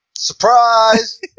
Surprise